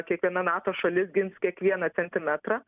kiekviena nato šalis gins kiekvieną centimetrą